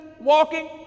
walking